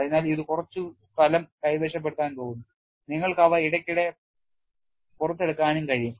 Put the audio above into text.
അതിനാൽ ഇത് കുറച്ച് സ്ഥലം കൈവശപ്പെടുത്താൻ പോകുന്നു നിങ്ങൾക്ക് അവ ഇടയ്ക്കിടെ പുറത്തെടുക്കാനും കഴിയും